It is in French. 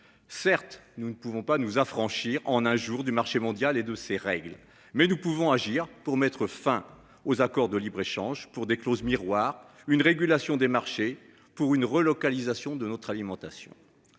Certes, nous ne pouvons pas nous affranchir en un jour du marché mondial et de ses règles, mais nous pouvons agir pour mettre fin aux accords de libre-échange pour des clauses miroirs une régulation des marchés pour une relocalisation de notre alimentation.